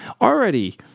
Already